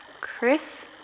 Chris